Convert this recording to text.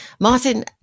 Martin